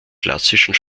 klassischen